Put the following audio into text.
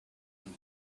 and